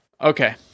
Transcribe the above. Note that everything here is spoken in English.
okay